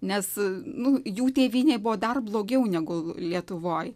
nes nu jų tėvynėj buvo dar blogiau negu lietuvoje